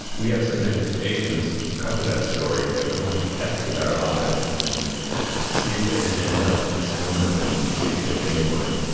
we have certain expectations because of that story that we want to test with our lives and see if they stand up, to sound them and see if they're genuine.